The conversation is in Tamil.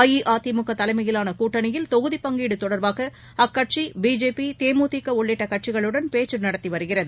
அஇஅதிமுகதலைமையிலானகூட்டணியில் தொகுதிப் பங்கீடுதொடர்பாகஅக்கட்சிபிஜேபி தேமுதிகஉள்ளிட்டகட்சிகளுடன் பேச்சுநடத்திவருகிறது